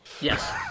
Yes